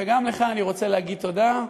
וגם לך אני רוצה להגיד תודה.